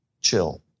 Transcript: chill